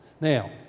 Now